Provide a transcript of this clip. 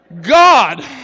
God